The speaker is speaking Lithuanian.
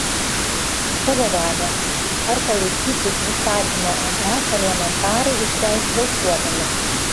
savo valią ar palaikyti visagino ae parlamentarai išreikš balsuodami